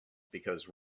because